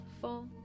four